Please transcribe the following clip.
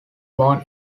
born